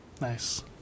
Nice